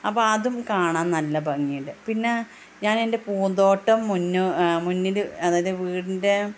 അപ്പം അതും കാണാൻ നല്ല ഭംഗിയുണ്ട് പിന്നെ ഞാൻ എൻ്റെ പൂന്തോട്ടം മുന്നിൽ അതായത് വീടിൻ്റെ